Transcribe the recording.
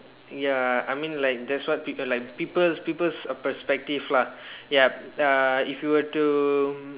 ya I mean like that's what people like people's people's perspective lah ya uh if you were to